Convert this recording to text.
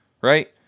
right